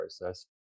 process